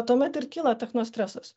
tuomet ir kyla techno stresas